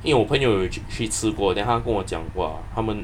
因为我朋友去去吃过 then 他跟我讲话他们